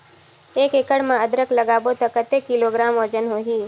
एक एकड़ मे अदरक लगाबो त कतेक किलोग्राम वजन होही?